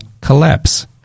Collapse